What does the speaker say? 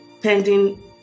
pending